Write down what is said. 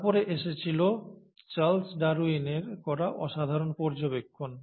তারপরে এসেছিল চার্লস ডারউইনের করা অসাধারণ পর্যবেক্ষণ